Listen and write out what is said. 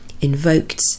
invoked